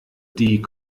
die